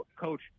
coach